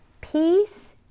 peace